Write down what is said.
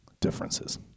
differences